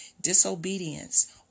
disobedience